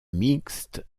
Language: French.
mixte